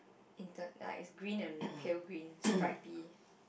inter~ like it's green and pale green stripy